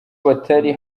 batari